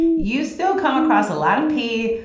you still come across a lot of pee,